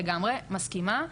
לגמרי, מסכימה.